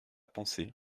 pensée